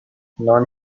نان